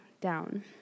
down